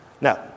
Now